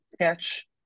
catch